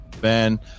Ben